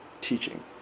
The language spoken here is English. teaching